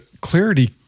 clarity